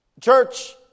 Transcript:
church